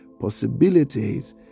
possibilities